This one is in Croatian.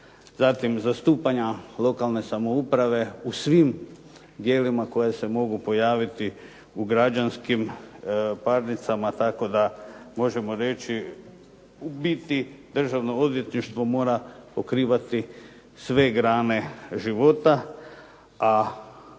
zatim zastupanja lokalne samouprave u svim djelima koje se mogu pojaviti u građanskim parnicama tako da možemo reći, u biti Državno odvjetništvo mora pokrivati sve grane života,